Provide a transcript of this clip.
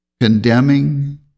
condemning